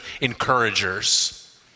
encouragers